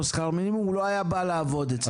שכר מינימום הוא לא היה בא לעבוד אצלך?